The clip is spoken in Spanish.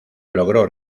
logró